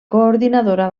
coordinadora